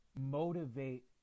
motivate